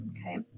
Okay